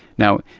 now,